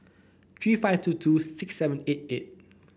three five two two six seven eight eight